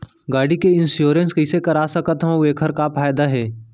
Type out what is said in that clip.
गाड़ी के इन्श्योरेन्स कइसे करा सकत हवं अऊ एखर का फायदा हे?